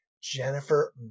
Jennifer